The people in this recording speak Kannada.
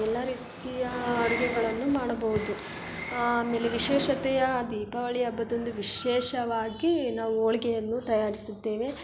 ಎಲ್ಲ ರೀತಿಯ ಅಡುಗೆಗಳನ್ನು ಮಾಡಬೋದು ಆಮೇಲೆ ವಿಶೇಷತೆಯ ದೀಪಾವಳಿ ಹಬ್ಬದಂದು ವಿಶೇಷವಾಗಿ ನಾವು ಹೋಳ್ಗೆಯನ್ನು ತಯಾರಿಸುತ್ತೇವೆ